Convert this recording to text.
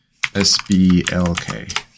SBLK